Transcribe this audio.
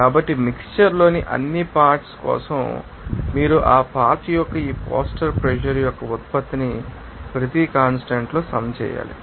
కాబట్టి మిక్శ్చర్ లోని అన్ని పార్ట్శ్ కోసం మీరు ఆ పార్ట్ యొక్క ఈ పోస్టర్ ప్రెషర్ యొక్క ఉత్పత్తిని ప్రతి కాన్స్టాంట్ లో సమ్ చేయాలి